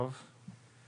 נעבור